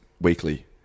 weekly